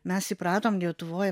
mes įpratom lietuvoj